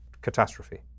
catastrophe